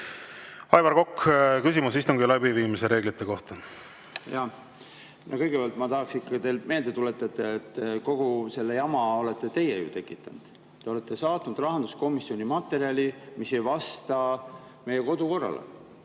Aivar Kokk, küsimus istungi läbiviimise reeglite kohta. Kõigepealt ma tahan teile meelde tuletada, et kogu selle jama olete ju teie tekitanud. Te olete saatnud rahanduskomisjoni materjali, mis ei vasta meie kodukorrale,